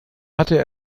hatte